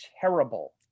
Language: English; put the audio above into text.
terrible